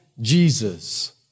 Jesus